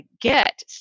get